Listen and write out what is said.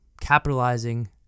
capitalizing